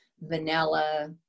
Vanilla